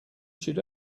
should